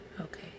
okay